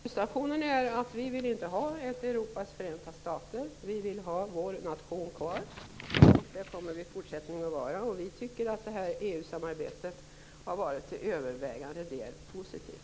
Herr talman! Slutstationen är att vi i Folkpartiet inte vill ha ett Europas förenta stater. Vi vill ha vår nation kvar, och det kommer vi också i fortsättningen att vilja. Vi tycker att EU-samarbetet har varit till övervägande del positivt.